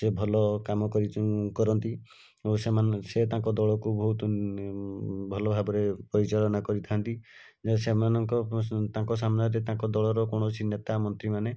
ସେ ଭଲ କାମ କରିଛନ୍ତି କରନ୍ତି ଓ ସେମାନେ ସେ ତାଙ୍କ ଦଳକୁ ବହୁତ ଭଲ ଭାବରେ ପରିଚାଳନା କରିଥାନ୍ତି ଯାହା ସେମାନଙ୍କ ତାଙ୍କ ସାମ୍ନାରେ ତାଙ୍କ ଦଳର କୌଣସି ନେତା ମନ୍ତ୍ରୀମାନେ